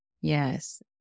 Yes